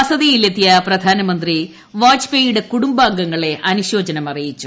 വസതിയിൽ എത്തിയ പ്രധാനമന്ത്രി വാജ്പേയുടെ കുടുംബാംഗങ്ങളെ അനുശോചനം അറിയിച്ചു